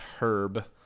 herb